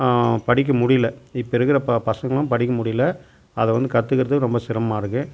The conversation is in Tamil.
படிக்க முடியல இப்போ இருக்கிற ப பசங்களாம் படிக்க முடியல அதை வந்து கற்றுக்கிறது ரொம்ப சிரமமாக இருக்கு